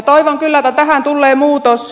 toivon kyllä että tähän tulee muutos